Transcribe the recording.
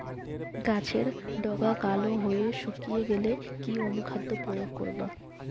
গাছের ডগা কালো হয়ে শুকিয়ে গেলে কি অনুখাদ্য প্রয়োগ করব?